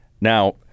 Now